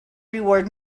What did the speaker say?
reward